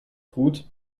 gut